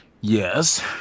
Yes